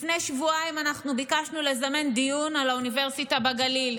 לפני שבועיים אנחנו ביקשנו לזמן דיון על האוניברסיטה בגליל.